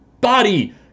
body